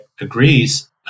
agrees